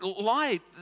light